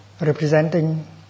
representing